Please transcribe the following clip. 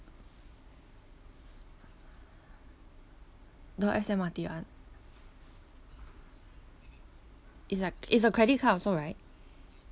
the S_M_R_T one it's a it's a credit card also right